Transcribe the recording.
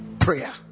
Prayer